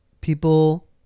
People